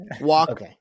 Walk